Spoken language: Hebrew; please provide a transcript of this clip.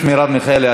חברת הכנסת מרב מיכאלי,